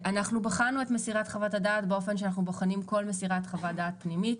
בחנו את מסירת חוות הדעת כפי שאנו בוחנים כל מסירת חוות דעת פנימית,